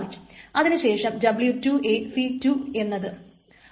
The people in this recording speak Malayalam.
അതിനു ശേഷം w2 c2 എന്നത്